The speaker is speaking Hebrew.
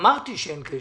אמרתי שאין קשר.